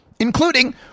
including